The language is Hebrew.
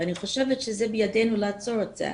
ואני חושבת שזה בידינו לעצור את זה.